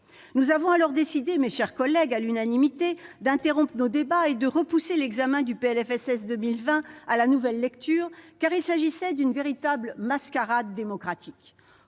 Nous avons alors décidé, à l'unanimité, d'interrompre nos débats et de repousser l'examen du PLFSS 2020 à la nouvelle lecture, car il s'agissait d'une véritable mascarade démocratique.